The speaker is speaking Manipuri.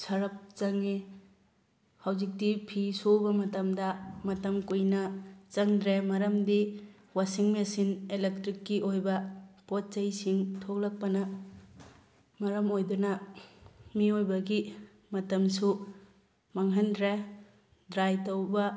ꯁꯔꯞ ꯆꯪꯉꯤ ꯍꯧꯖꯤꯛꯇꯤ ꯐꯤ ꯁꯨꯕ ꯃꯇꯝꯗ ꯃꯇꯝ ꯀꯨꯏꯅ ꯆꯪꯗ꯭ꯔꯦ ꯃꯔꯝꯗꯤ ꯋꯥꯁꯤꯡ ꯃꯦꯆꯤꯟ ꯑꯦꯂꯦꯛꯇ꯭ꯔꯤꯛꯀꯤ ꯑꯣꯏꯕ ꯄꯣꯠ ꯆꯩꯁꯤꯡ ꯊꯣꯛꯂꯛꯄꯅ ꯃꯔꯝ ꯑꯣꯏꯗꯨꯅ ꯃꯤꯑꯣꯏꯕꯒꯤ ꯃꯇꯝꯁꯨ ꯃꯥꯡꯍꯟꯗ꯭ꯔꯦ ꯗ꯭ꯔꯥꯏ ꯇꯧꯕ